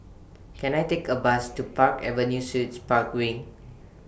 Can I Take A Bus to Park Avenue Suites Park Wing